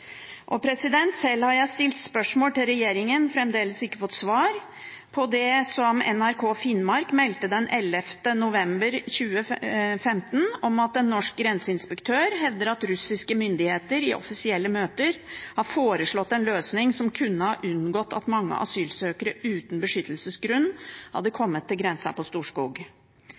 Selv har jeg stilt spørsmål til regjeringen om, men fremdeles ikke fått svar på, det som NRK Finnmark meldte den 11. november 2015 om at en norsk grenseinspektør hevder at russiske myndigheter i offisielle møter har foreslått en løsning som kunne forhindret at mange asylsøkere uten beskyttelsesgrunn